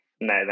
No